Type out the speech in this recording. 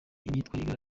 imyitwarire